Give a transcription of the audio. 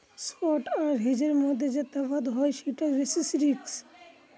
spot আর হেজের মধ্যে যে তফাৎ হয় সেটা বেসিস রিস্ক